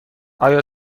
آیا